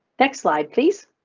next slide, please.